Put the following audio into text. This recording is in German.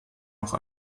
noch